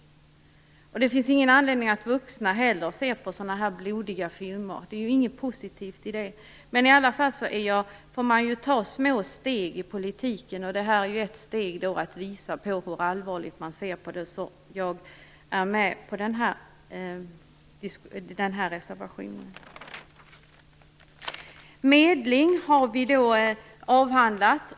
Det finns inte heller någon anledning för vuxna att se på sådana blodiga filmer. Det är ju inget positivt i det. Men man får ju ta små steg i politiken, och detta är ju ett steg och ett sätt att visa hur allvarligt man ser på det. Därför är jag med på den här reservationen. Medling har vi avhandlat.